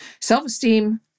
Self-esteem